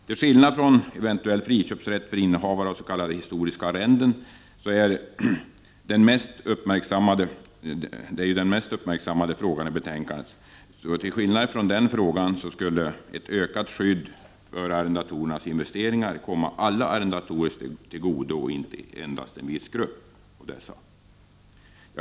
Till skillnad från eventuell friköpsrätt för innehavare av så kallade historiska arrenden — det är den mest uppmärksammade frågan i betänkandet — skulle ett ökat skydd för arrendatorns investeringar komma alla arrendatorer till godo och inte endast en viss grupp av dessa.